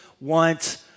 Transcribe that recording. want